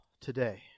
today